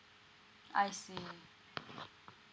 I see